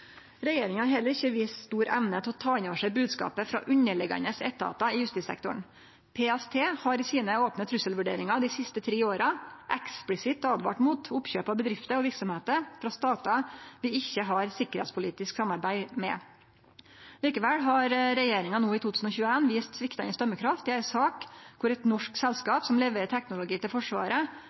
Regjeringa har heller ikkje vist stor evne til å ta inn over seg bodskapen frå underliggjande etatar i justissektoren. PST har i sine opne trusselvurderingar dei siste tre åra eksplisitt åtvara mot oppkjøp av bedrifter og verksemder frå statar vi ikkje har sikkerheitspolitisk samarbeid med. Likevel har regjeringa no i 2021 vist sviktande dømekraft i ei sak der eit norsk selskap som leverer teknologi til Forsvaret,